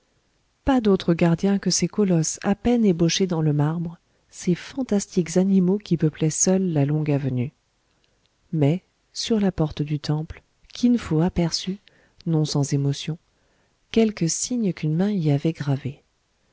pas d'autres gardiens que ces colosses à peine ébauchés dans le marbre ces fantastiques animaux qui peuplaient seuls la longue avenue mais sur la porte du temple kin fo aperçut non sans émotion quelques signes qu'une main y avait gravés